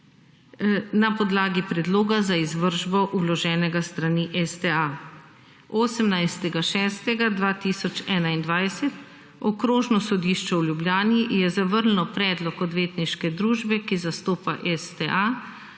na podlagi predloga za izvršbo vloženega s strani STA. 18. 6. 2021 Okrožno sodišče v Ljubljani je zavrnilo predlog odvetniške družbe, ki zastopa STA